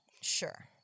Sure